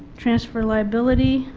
transfer liability,